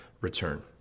return